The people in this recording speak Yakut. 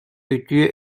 үтүө